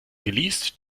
geleast